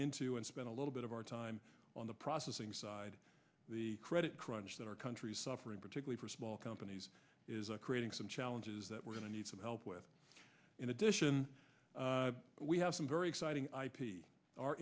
into and spend a little bit of our time on the processing side the credit crunch that our country is suffering particularly for small companies is a creating some challenges that we're going to need some help with in addition we have some very exciting i